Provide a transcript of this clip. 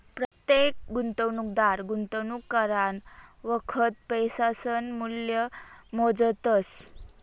परतेक गुंतवणूकदार गुंतवणूक करानं वखत पैसासनं मूल्य मोजतस